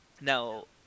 Now